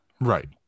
Right